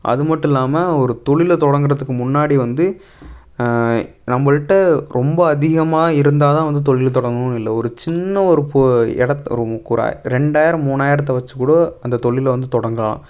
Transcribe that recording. அது மட்டும் இல்லாமல் ஒரு தொழிலை தொடங்குறத்துக்கு முன்னாடி வந்து நம்மள்ட்ட ரொம்ப அதிகமாக இருந்தால் தான் வந்து தொழில் தொடங்கணும்னு இல்லை ஒரு சின்ன ஒரு போ எடத் ரெண்டாயிரம் மூணாயிரத்தை வச்சி கூட அந்த தொழிலை வந்து தொடங்கலாம்